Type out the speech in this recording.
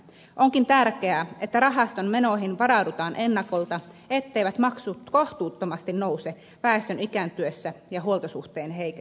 onkin tärkeää että rahaston menoihin varaudutaan ennakolta etteivät maksut kohtuuttomasti nouse väestön ikääntyessä ja huoltosuhteen heiketessä